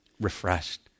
refreshed